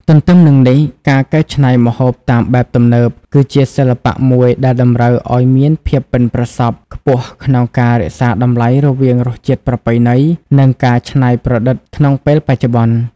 ទន្ទឹមនឹងនេះ ការកែច្នៃម្ហូបតាមបែបទំនើប គឺជាសិល្បៈមួយដែលតម្រូវឲ្យមានភាពប៉ិនប្រសប់ខ្ពស់ក្នុងការរក្សាតម្លៃរវាងរសជាតិប្រពៃណី និងការថ្នៃប្រឌិតក្នុងពេលបច្ចុប្បន្ន។